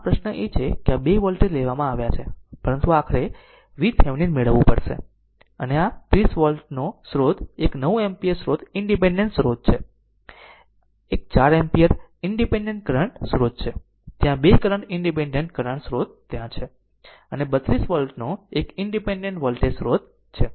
આમ પ્રશ્ન એ છે કે આ 2 વોલ્ટેજ લેવામાં આવ્યા છે પરંતુ આખરે VThevenin મેળવવું પડશે અને આ 30 વોલ્ટનો સ્રોત એક 9 એમ્પીયર સ્ત્રોત ઇનડીપેન્ડેન્ટ સ્રોત છે એક 4 એમ્પીયર ઇનડીપેન્ડેન્ટ કરંટ સ્રોત છે ત્યાં 2 કરંટ ઇનડીપેન્ડેન્ટ કરંટ સ્રોત ત્યાં છે અને 32 વોલ્ટનો એક ઇનડીપેન્ડેન્ટ વોલ્ટેજ સ્રોત છે